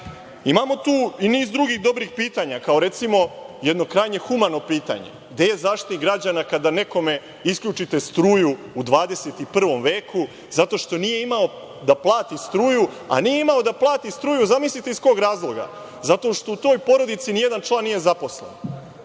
tu i niz drugih dobrih pitanja, kao recimo jedno krajnje humano pitanje – gde je Zaštitnik građana kada nekome isključite struju u 21. veku zato što nije imao da plati struju? A nije imao da plati struju, zamislite iz kog razloga, zato što u toj porodici nijedan član nije zaposlen.